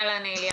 אהלן איליה,